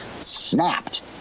snapped